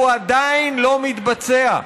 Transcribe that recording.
הוא עדיין לא מתבצע.